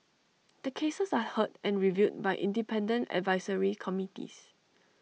the cases are heard and reviewed by independent advisory committees